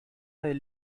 del